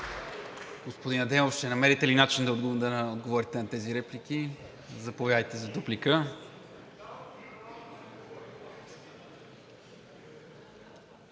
Господин Адемов, ще намерите ли начин да не отговорите на тези реплики? Заповядайте за дуплика.